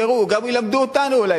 ויראו, גם ילמדו אותנו אולי.